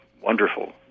wonderful